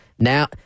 Now